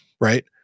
right